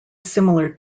similar